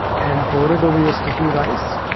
and pour it over your sticky rice.